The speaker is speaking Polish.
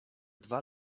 dwa